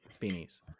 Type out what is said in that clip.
Beanies